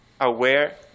aware